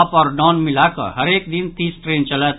up आओर down मिलाकऽ हरेक दिन तीस ट्रेन चलत